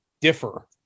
differ